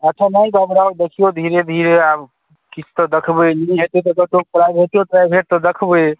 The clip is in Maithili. अच्छा नहि घबराउ देखिऔ धीरे धीरे आब किछु तऽ देखबै नहि होयतै तऽ कतहुँ प्राइवेटे त्राइवेट तऽ देखबै